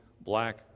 black